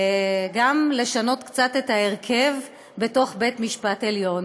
גם לשנות קצת את ההרכב בתוך בית המשפט העליון.